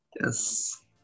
yes